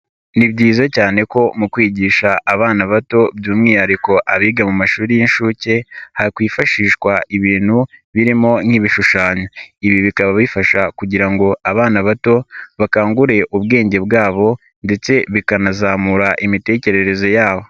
Ni byiza cyane ko mu kwigisha abana bato by'umwihariko abiga mu mashuri y'inshuke, hakwifashishwa ibintu birimo nk'ibishushanyo, ibi bikaba bifasha kugira ngo abana bato bakangure ubwenge bwabo ndetse bikanazamura imitekerereze yabo.